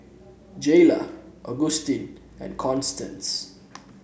Jaylah Augustin and Constance